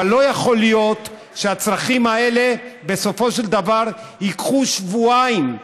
אבל לא יכול להיות שהצרכים האלה בסופו של דבר ייקחו שבועיים.